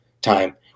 time